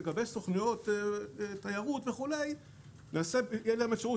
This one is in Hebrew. לסוכנויות תיירות תהיה להם אפשרות